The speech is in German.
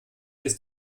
ist